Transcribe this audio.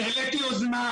העליתי יוזמה,